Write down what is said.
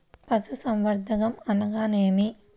పశుసంవర్ధకం అనగానేమి?